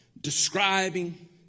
describing